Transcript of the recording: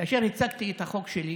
כאשר הצגתי את החוק שלי